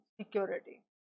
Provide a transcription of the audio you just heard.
security